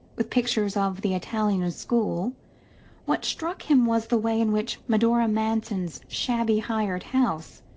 with pictures of the italian school what struck him was the way in which medora manson's shabby hired house,